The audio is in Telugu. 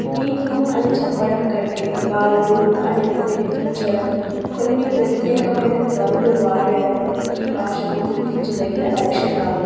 వీళ్ళు అని చెప్పడం కంటే వాళ్ళు అని వినిపించడం కొన్ని ప్రత్యేకమైన ధ్వనులు వాడడం ఈ భాషకు గుర్తించదగిన లక్షణాలు